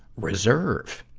reserve,